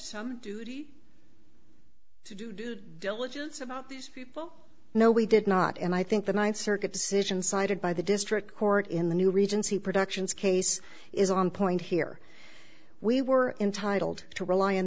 some duty to do due diligence about these people no we did not and i think the ninth circuit decision cited by the district court in the new regency productions case is on point here we were entitled to rely on